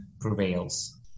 prevails